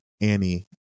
annie